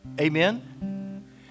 Amen